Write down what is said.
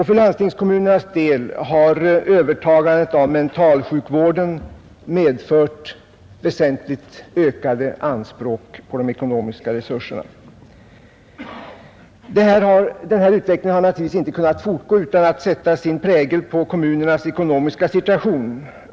För landstingskommunernas del har övertagandet av mentalsjukvården medfört väsentligt ökade anspråk på de ekonomiska resurserna. Den här utvecklingen har naturligtvis inte kunnat fortgå utan att sätta sin prägel på kommunernas ekonomiska situation.